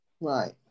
Right